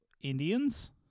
Indians